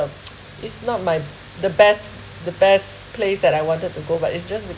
it's not my the best the best place that I wanted to go but it's just the